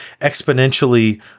exponentially